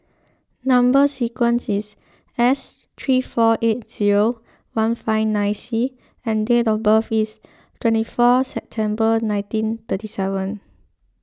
Number Sequence is S three four eight zero one five nine C and date of birth is twenty four September nineteen thirty seven